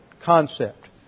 concept